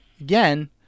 again